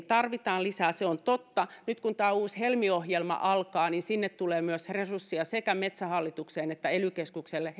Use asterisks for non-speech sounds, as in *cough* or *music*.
*unintelligible* tarvitaan lisää se on totta nyt kun tämä uusi helmi ohjelma alkaa niin siihen tulee myös resursseja henkilökuntaan sekä metsähallitukseen että ely keskukselle *unintelligible*